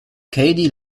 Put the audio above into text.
cady